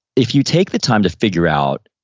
if you take the time to figure out,